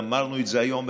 ואמרנו את זה היום,